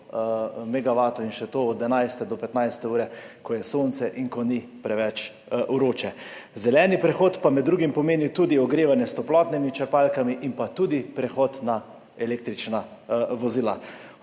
in še to od 11. do 15. ure, ko je sonce in ko ni preveč vroče. Zeleni prehod pa med drugim pomeni tudi ogrevanje s toplotnimi črpalkami in prehod na električna vozila.